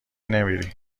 نمیری